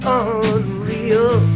unreal